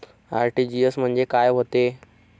RTGS म्हंजे काय होते?